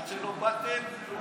עד שלא באתם, כלום לא היה.